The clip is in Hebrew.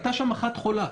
הייתה שם אחת חולה,